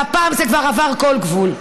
והפעם זה כבר עבר כל גבול.